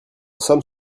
somme